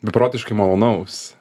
beprotiškai malonaus